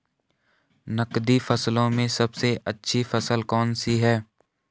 नकदी फसलों में सबसे अच्छी फसल कौन सी है?